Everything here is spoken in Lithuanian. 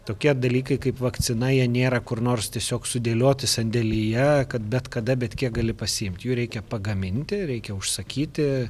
tokie dalykai kaip vakcina jie nėra kur nors tiesiog sudėlioti sandėlyje kad bet kada bet kiek gali pasiimti jų reikia pagaminti reikia užsakyti